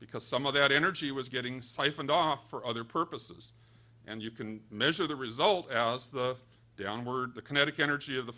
because some of that energy was getting siphoned off for other purposes and you can measure the result as the downward the kinetic energy of the